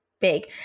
big